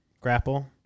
grapple